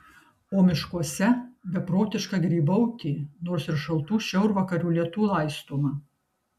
o miškuose beprotiška grybautė nors ir šaltų šiaurvakarių lietų laistoma